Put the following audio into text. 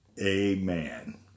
Amen